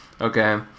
okay